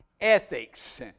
ethics